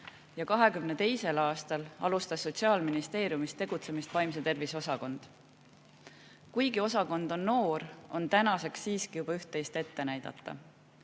ja 2022. aastal alustas Sotsiaalministeeriumis tegutsemist vaimse tervise osakond. Kuigi osakond on noor, on tänaseks siiski juba üht-teist ette näidata.